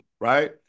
right